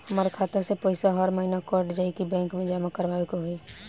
हमार खाता से पैसा हर महीना कट जायी की बैंक मे जमा करवाए के होई?